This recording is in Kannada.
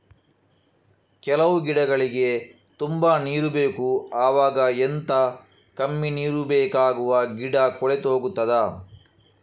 ಕೆಲವು ಗಿಡಗಳಿಗೆ ತುಂಬಾ ನೀರು ಬೇಕು ಅವಾಗ ಎಂತ, ಕಮ್ಮಿ ನೀರು ಬೇಕಾಗುವ ಗಿಡ ಕೊಳೆತು ಹೋಗುತ್ತದಾ?